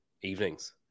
Evenings